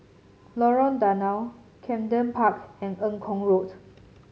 Lorong Danau Camden Park and Eng Kong Road